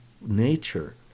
nature